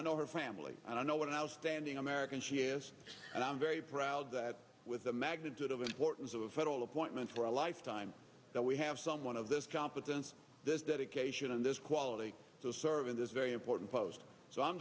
i know her family and i know what an outstanding american she is and i'm very proud that with the magnitude of what is a federal appointment for a lifetime that we have someone of this competence this dedication and this quality to serve in this very important post so i'm